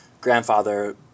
grandfather